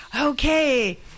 okay